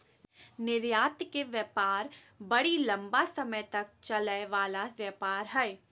निर्यात के व्यापार बड़ी लम्बा समय तक चलय वला व्यापार हइ